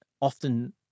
often